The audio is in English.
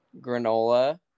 granola